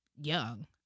young